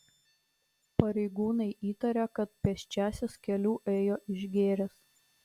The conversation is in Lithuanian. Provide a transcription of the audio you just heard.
pareigūnai įtaria kad pėsčiasis keliu ėjo išgėręs